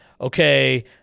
okay